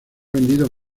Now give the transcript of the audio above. vendido